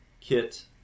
kit